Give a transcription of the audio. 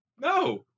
No